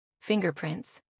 fingerprints